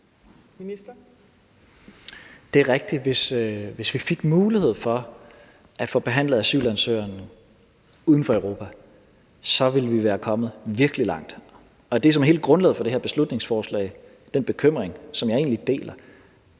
Det er rigtigt, at hvis vi fik mulighed for at få behandlet asylansøgningen uden for Europa, ville vi være kommet virkelig langt. Og det, som er hele grundlaget for det her beslutningsforslag, altså den bekymring, som jeg egentlig deler,